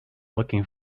looking